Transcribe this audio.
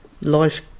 Life